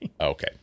okay